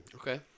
Okay